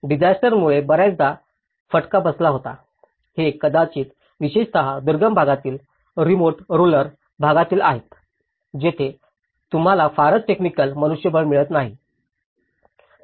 डिसायस्टरंमुळे बर्याचदा फटका बसला होता हे कदाचित विशेषत दुर्गम भागातील रिमोट रूरल भागातील आहेत जिथे तुम्हाला फारच टेक्निकल मनुष्यबळ मिळत नाही